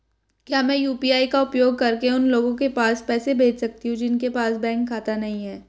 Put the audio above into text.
क्या मैं यू.पी.आई का उपयोग करके उन लोगों के पास पैसे भेज सकती हूँ जिनके पास बैंक खाता नहीं है?